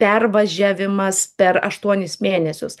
pervažiavimas per aštuonis mėnesius